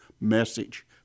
message